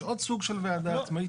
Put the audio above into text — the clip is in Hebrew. יש עוד סוג של ועדה עצמאית